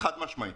חד משמעית.